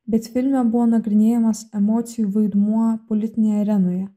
bet filme buvo nagrinėjamas emocijų vaidmuo politinėje arenoje